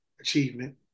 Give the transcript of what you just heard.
achievement